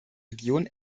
region